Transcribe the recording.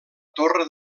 torre